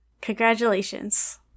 Congratulations